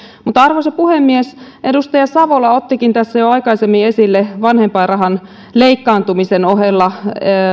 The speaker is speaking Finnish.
arvoisa puhemies edustaja savola ottikin tässä jo aikaisemmin esille vanhempainrahan leikkaantumisen ohella